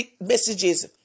messages